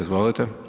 Izvolite.